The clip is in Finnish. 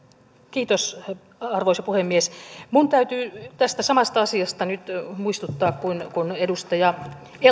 arvoisa puhemies minun täytyy tästä samasta asiasta nyt muistuttaa kuin edustaja